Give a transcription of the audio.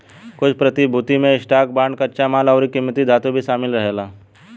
कुछ प्रतिभूति में स्टॉक, बांड, कच्चा माल अउरी किमती धातु भी शामिल रहेला